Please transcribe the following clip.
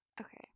Okay